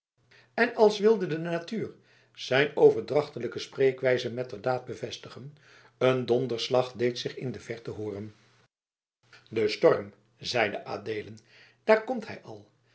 en als wilde de natuur zijn overdrachtelijke spreekwijze metterdaad bevestigen een donderslag deed zich in de verte hooren de storm zeide adeelen daar komt hij al